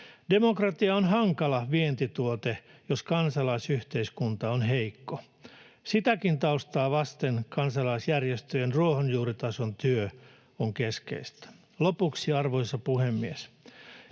Demokratia on hankala vientituote, jos kansalaisyhteiskunta on heikko. Sitäkin taustaa vasten kansalaisjärjestöjen ruohonjuuritason työ on keskeistä. Lopuksi, arvoisa puhemies: